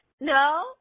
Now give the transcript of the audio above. No